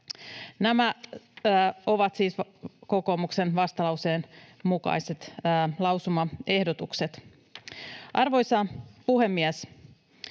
Nämä ovat siis kokoomuksen vastalauseen mukaiset lausumaehdotukset. Arvoisa puhemies!